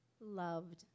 loved